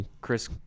Chris